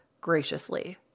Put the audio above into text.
graciously